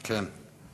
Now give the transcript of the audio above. כן.